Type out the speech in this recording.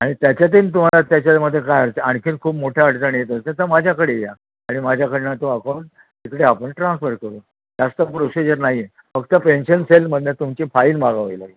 आणि त्याच्यातीन तुम्हाला त्याच्यामध्ये काय होतं आणखी खूप मोठी अडचण येत असेल तर माझ्याकडे या आणि माझ्याकडून तो अकाऊंट तिकडे आपण ट्रान्स्फर करू जास्त प्रोशिजर नाही आहे फक्त पेन्शन सेलमधून तुमची फाईल मागवावी लागेल